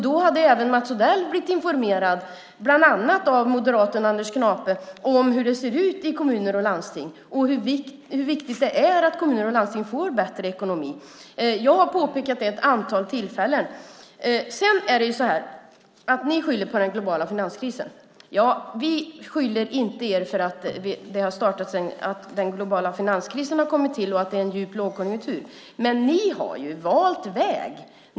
Då hade även Mats Odell blivit informerad, bland annat av moderaten Anders Knape, om hur det ser ut i kommuner och landsting och hur viktigt det är att kommunerna och landstingen får bättre ekonomi. Jag har påpekat det vid ett antal tillfällen. Ni skyller på den globala finanskrisen. Vi beskyller inte er för att vi har en global finanskris och befinner oss i en djup lågkonjunktur. Men ni har valt väg.